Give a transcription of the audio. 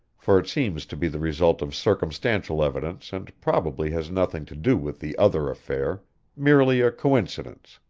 for it seems to be the result of circumstantial evidence and probably has nothing to do with the other affair merely a coincidence.